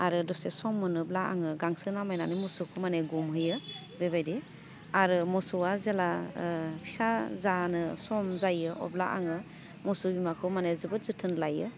आरो दसे सम मोनोब्ला आङो गांसो नामायनानै मोसौखौ माने गुमहैयो बेबायदि आरो मोसौवा जेला ओह फिसा जानो सम जायो अब्ला आङो मोसौ बिमाखौ माने जोबोद जोथोन लायो